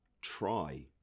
try